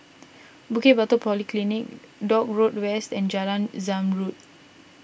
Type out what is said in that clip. Bukit Batok Polyclinic Dock Road West and Jalan Zamrud